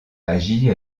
agit